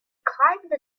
climbed